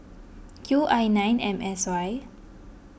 Q I nine M S Y